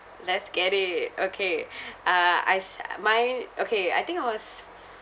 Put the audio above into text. let's get it okay uh I s~ mine okay I think I was